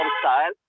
style